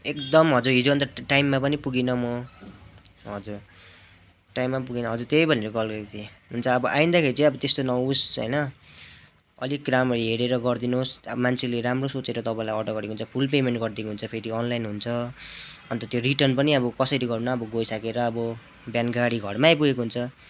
एकदम हजुर अन्त हिजो टाइममा पनि पुगिनँ म हजुर टाइममा पनि पुगिनँ हजुर त्यही भनेर कल गरेको थिएँ हुन्छ अब आइन्दाखेरि चाहिँ त्यस्तो नहोस् होइन अलिक राम्ररी हेरेर गरिदिनुहोस् अब मान्छेले राम्रो सोचेर तपाईँलाई अर्डर गरेको हुन्छ फुल पेमेन्ट गरिदिएको हुन्छ फेरि अनलाइन हुन्छ अन्त त्यो रिटर्न पनि अब कसरी गर्नु अब गइसकेर अब बिहान गाडी घरमै आइपुगेको हुन्छ